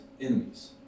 enemies